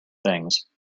things